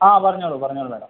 ആ പറഞ്ഞുകൊള്ളൂ പറഞ്ഞുകൊള്ളൂ മേഡം